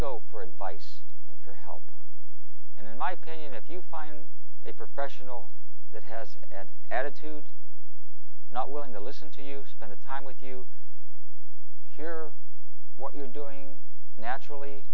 go for advice and for help and in my pain if you find a professional that has an attitude not willing to listen to you spend time with you hear what you're doing naturally